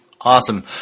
Awesome